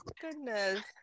Goodness